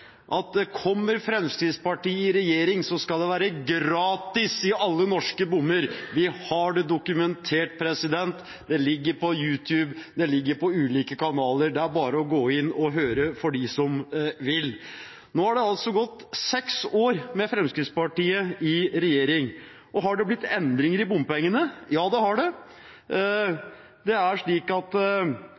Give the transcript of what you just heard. kommer i regjering, skal det være gratis i alle norske bommer. Vi har det dokumentert; det ligger på YouTube, det ligger på ulike kanaler. Det er bare – for dem som vil – å gå inn og høre. Nå har det gått seks år med Fremskrittspartiet i regjering, og har det blitt endring når det gjelder bompenger? Ja, det har det: